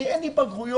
אין לי בגרויות,